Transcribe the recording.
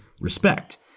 respect